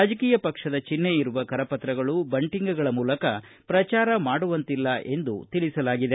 ರಾಜಕೀಯ ಪಕ್ಷದ ಚಿಹ್ನೆ ಇರುವ ಕರಪತ್ರಗಳು ಬಂಟಿಂಗ್ಗಳ ಮೂಲಕ ಪ್ರಚಾರ ಮಾಡುವಂತಿಲ್ಲ ಎಂದು ತಿಳಿಸಲಾಗಿದೆ